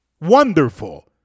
Wonderful